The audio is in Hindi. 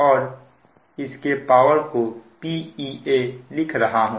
और इसके पावर को PeA लिख रहा हूं